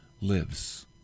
lives